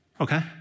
Okay